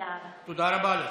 תודה רבה.) תודה רבה לך.